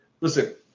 Listen